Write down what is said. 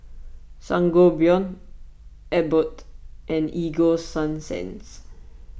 Sangobion Abbott and Ego Sunsense